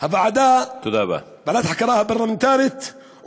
ועדת חקירה פרלמנטרית,